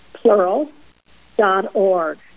Plural.org